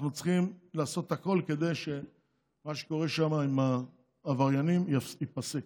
אנחנו צריכים לעשות הכול כדי שמה שקורה שם עם העבריינים ייפסק.